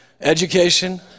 education